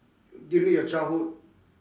during your childhood